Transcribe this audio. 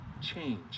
change